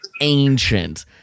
ancient